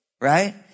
right